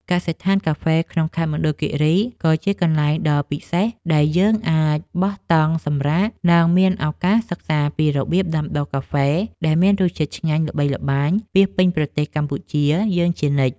កសិដ្ឋានកាហ្វេក្នុងមណ្ឌលគីរីក៏ជាកន្លែងដ៏ពិសេសដែលយើងអាចបោះតង់សម្រាក និង មានឱកាសសិក្សាពីរបៀបដាំដុះកាហ្វេដែលមានរសជាតិឆ្ងាញ់ល្បីល្បាញពាសពេញប្រទេសកម្ពុជាយើងជានិច្ច។